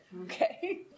okay